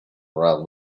around